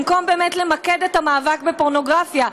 במקום באמת למקד את המאבק בפורנוגרפיה,